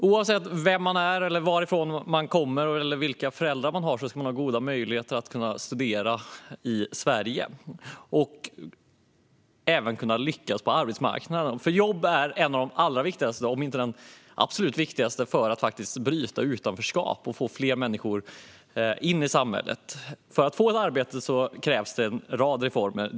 Oavsett vem man är, varifrån man kommer eller vilka föräldrar man har ska man ha goda möjligheter att studera i Sverige och även kunna lyckas på arbetsmarknaden, för jobb är något av det allra viktigaste, om inte det absolut viktigaste, för att bryta utanförskap och få fler människor in i samhället. För att få människor i arbete krävs en rad reformer.